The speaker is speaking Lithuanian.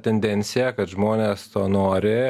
tendenciją kad žmonės to nori